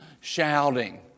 shouting